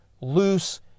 loose